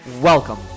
Welcome